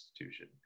institution